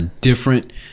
different